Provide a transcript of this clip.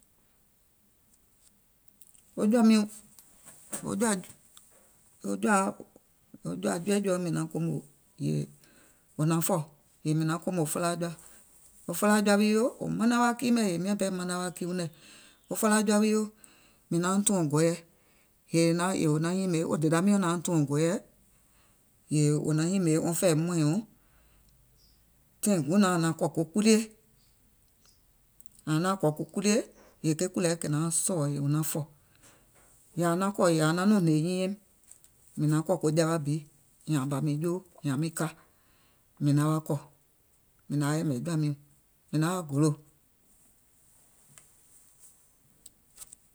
Wo jɔ̀à miɔ̀ŋ, wo jɔ̀à, wo jɔ̀àa, wo jɔ̀à jiɛ̀jiɛ̀ɔ mìŋ naŋ kòmò yèè wò naŋ fɔ̀, yèè mìŋ naŋ kòmò felaa jɔa, wo felaa jɔa wii yo manaŋ wa kii mɛ̀, yèè miàŋ pɛɛ manaŋ wa kiiuŋ nɛ̀. Wo felaa jɔa wii yo mìŋ nauŋ tùɔ̀ŋ gɔɔyɛ, wo dèda miɔ̀ŋ nauŋ tùɔ̀ŋ gɔɔyɛ, yèè wò naŋ nyìmè wɔŋ fɛ̀ì mɔìɔ̀ŋ, Tàìŋ guùŋ naȧŋ naŋ kɔ̀ ko kulie, àŋ naŋ naàŋ kɔ̀ ko kulie, yèè ke kùlɛ̀ɛ kè nauŋ sɔ̀ɔ̀ wò naŋ fɔ̀. Àŋ naŋ kɔ̀ àŋ naŋ nɔŋ hnè nyiinyɛim yèè maŋ kɔ̀ jawa bi nyààŋ bɔ̀ mìŋ joo, nyààŋ ɓɔ̀ mìŋ joo, yèè maŋ wa kɔ̀ mìŋ naŋ wa yɛ̀mɛ̀ jɔ̀à miɔ̀ŋ, mìŋ naŋ wa gòlò.